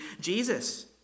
jesus